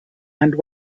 and